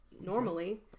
normally